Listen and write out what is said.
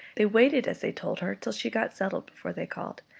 they waited, as they told her, till she got settled, before they called,